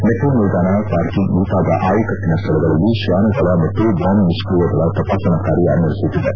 metro ನಿಲ್ದಾಣ parking ಮುಂತಾದ ಆಯಕಟ್ಟನ ಸ್ಥಳಗಳಲ್ಲಿ ತ್ವಾನ ದಳ ಮತ್ತು ಬಾಂಬ್ ನಿಷ್ಠಿಯದಳ ತಪಾಸಣಾ ಕಾರ್ಯ ನಡೆಸುತ್ತಿವೆ